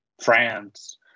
France